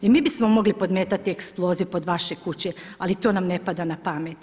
I mi bismo mogli podmetati eksploziv pod vaše kuće, ali to nam ne pada na pamet.